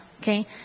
Okay